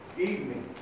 evening